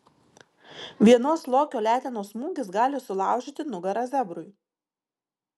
vienos lokio letenos smūgis gali sulaužyti nugarą zebrui